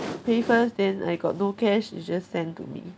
pay first then I got no cash you just send to me